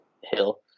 Hill